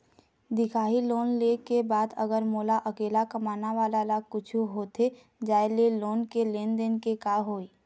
दिखाही लोन ले के बाद अगर मोला अकेला कमाने वाला ला कुछू होथे जाय ले लोन के लेनदेन के का होही?